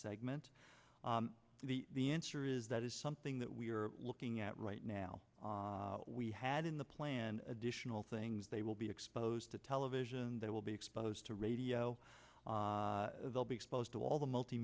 segment the answer is that is something that we are looking at right now we had in the plan additional things they will be exposed to television they will be exposed to radio they'll be exposed to all the multi